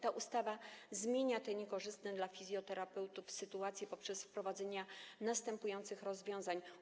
Ta ustawa zmienia tę niekorzystną dla fizjoterapeutów sytuację poprzez wprowadzenie następujących rozwiązań.